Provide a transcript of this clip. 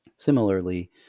Similarly